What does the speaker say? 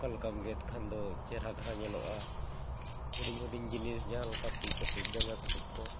ᱚᱠᱟ ᱞᱮᱠᱟᱢ ᱜᱮᱫ ᱠᱷᱟᱱ ᱫᱚ ᱪᱮᱦᱨᱟ ᱫᱷᱟᱨᱟ ᱧᱮᱞᱚᱜᱼᱟ ᱦᱩᱰᱤᱧ ᱦᱩᱰᱤᱧ ᱡᱤᱱᱤᱥ ᱡᱟᱦᱟᱸ ᱞᱮᱠᱟ ᱛᱤ ᱠᱟᱹᱴᱩᱵ ᱡᱟᱸᱜᱟ ᱠᱟᱹᱴᱩᱵ ᱠᱚ